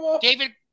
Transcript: David